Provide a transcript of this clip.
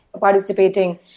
participating